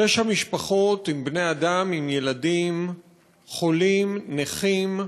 תשע משפחות עם בני-אדם, עם ילדים חולים, נכים.